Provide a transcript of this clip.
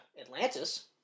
Atlantis